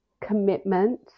commitment